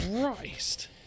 Christ